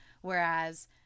whereas